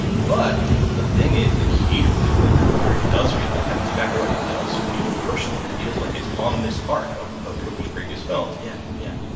but the thing is the key to it is that coogler it does feel that ah evan's exactly right it does feel personal. it feels like it's on this arc of of coogler's previous films yeah, yeah